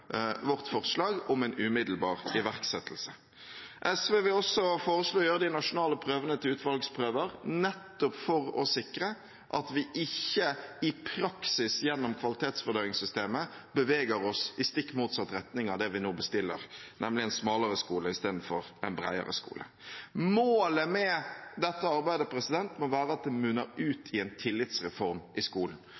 vårt forslag om en umiddelbar iverksettelse. SV vil også foreslå å gjøre de nasjonale prøvene til utvalgsprøver, nettopp for å sikre at vi ikke i praksis gjennom kvalitetsvurderingssystemet beveger oss i stikk motsatt retning av det vi nå bestiller, nemlig en smalere skole i stedet for en bredere skole. Målet med dette arbeidet må være at det munner ut